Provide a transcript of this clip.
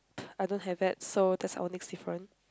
I don't have that so that's our next different